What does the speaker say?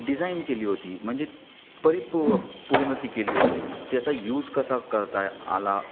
design केली होती म्हणजे परिपु पूर्ण ती केली होती त्याचा युज कसा करताय आला